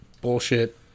bullshit